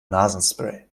nasenspray